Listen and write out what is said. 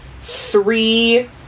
three